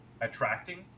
attracting